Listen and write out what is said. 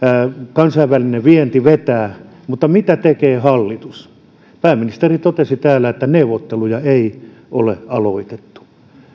kansainvälinen vienti vetää mutta mitä tekee hallitus pääministeri totesi täällä että neuvotteluja ei ole aloitettu